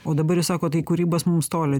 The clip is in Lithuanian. o dabar jūs sakot tai kūrybos mums toli